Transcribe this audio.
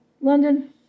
London